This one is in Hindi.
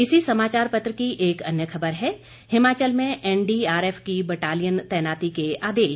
इसी समाचार पत्र की एक अन्य खबर है हिमाचल में एनडीआरएफ की बटालियन तैनाती के आदेश